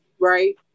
right